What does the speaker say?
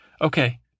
Okay